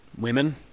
Women